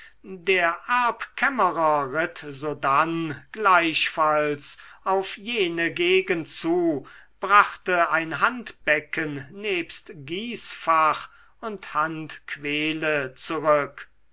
der erbkämmerer ritt sodann gleichfalls auf jene gegend zu und brachte ein handbecken nebst gießfaß und handquehle zurück